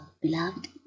beloved